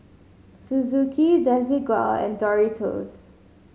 Suzuki Desigual and Doritos